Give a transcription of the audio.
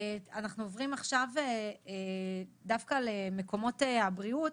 אנחנו עוברים עכשיו דווקא למקומות הבריאות